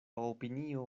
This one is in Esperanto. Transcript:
opinio